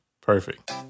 perfect